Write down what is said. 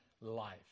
life